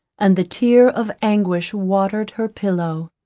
and the tear of anguish watered her pillow.